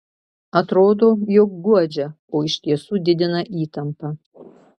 atrodo jog guodžia o iš tiesų didina įtampą